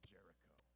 Jericho